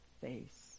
face